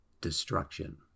destruction